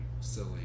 silly